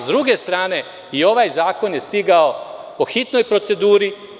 S druge strane, i ovaj zakon je stigao po hitnoj proceduri.